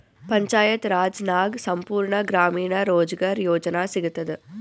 ಪಂಚಾಯತ್ ರಾಜ್ ನಾಗ್ ಸಂಪೂರ್ಣ ಗ್ರಾಮೀಣ ರೋಜ್ಗಾರ್ ಯೋಜನಾ ಸಿಗತದ